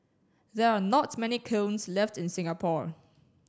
there are not many kilns left in Singapore